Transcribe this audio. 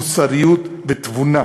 מוסריות ותבונה.